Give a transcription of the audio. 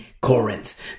Corinth